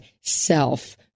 self